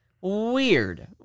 weird